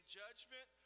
judgment